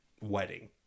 wedding